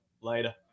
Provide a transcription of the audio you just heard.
Later